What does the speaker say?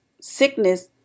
sickness